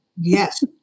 Yes